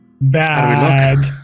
Bad